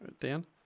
Dan